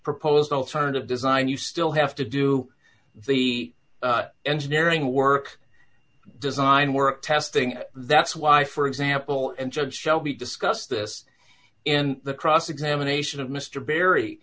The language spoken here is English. proposed alternative design you still have to do the engineering work design we're testing and that's why for example and judge shelby discuss this in the cross examination of mr barry